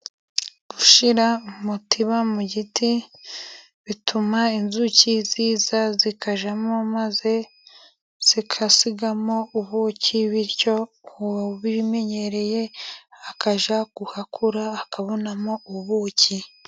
Gushyira umutiba mu giti bituma, inzuki ziza zikajyamo maze zigasigamo ubuki, bityo uwabimenyereye akajya guhakura akabonamo ubuki.